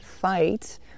fight